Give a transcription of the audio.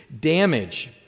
damage